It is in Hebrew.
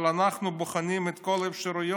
אבל אנחנו בוחנים את כל האפשרויות